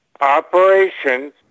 operations